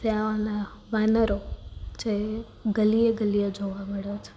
ત્યાં પેલા વાનરો જે ગલીએ ગલીએ જોવા મળે છે